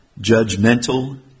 judgmental